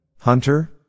Hunter